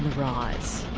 rise.